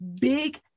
big